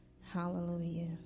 Hallelujah